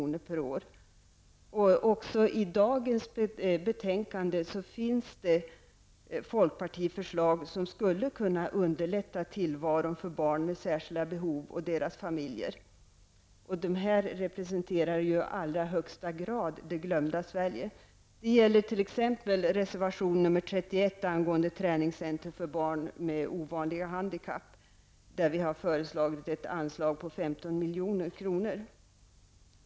per år. Också i dagens betänkande finns det folkpartiförslag som skulle kunna underlätta tillvaron för barn med särskilda behov och deras familjer -- vilka i allra högsta grad representerar Det gäller t.ex. reservation 31 angående träningscenter för barn med ovanliga handikapp, där vi föreslagit ett anslag på 15 milj.kr.